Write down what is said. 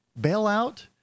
bailout